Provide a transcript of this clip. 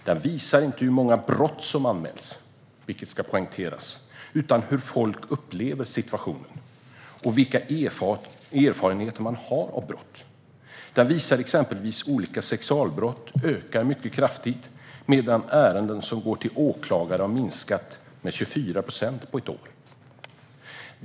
Den visar inte hur många brott som har anmälts, vilket ska poängteras, utan hur folk upplever situationen och de erfarenheter som man har av brott. Antalet sexualbrott ökar mycket kraftigt, medan ärenden som går till åklagaren har minskat med 24 procent under ett år.